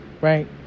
right